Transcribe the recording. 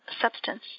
substance